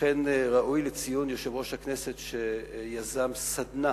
כמו כן ראוי לציון יושב-ראש הכנסת, שיזם סדנה